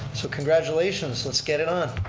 so congratulations, let's get it on.